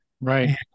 Right